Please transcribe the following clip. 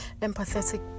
empathetic